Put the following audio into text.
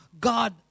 God